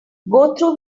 through